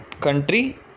country